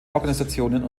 organisationen